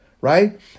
right